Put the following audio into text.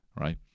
right